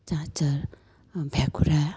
चाँचर भ्याकुरा